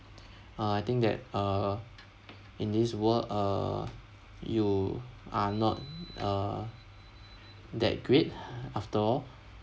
uh I think that uh in this world uh you are not uh that great after all